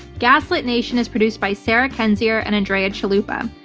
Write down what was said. gaslit nation is produced by sarah kendzior and andrea chalupa.